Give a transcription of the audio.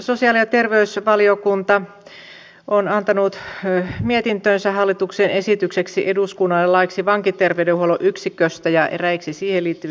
sosiaali ja terveysvaliokunta on antanut mietintönsä hallituksen esitykseksi eduskunnalle laiksi vankiterveydenhuollon yksiköstä ja eräiksi siihen liittyviksi laeiksi